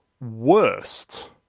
worst